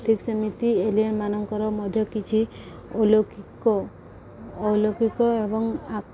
ଠିକ୍ ସେମିତି ଏଲିଅନ୍ ମାନଙ୍କର ମଧ୍ୟ କିଛି ଅଲୌକିକ ଏବଂ